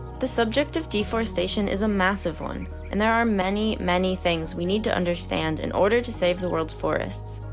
the subject of deforestation is a massive one and there are many many things we need to understand in order to save the world's forests.